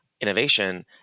innovation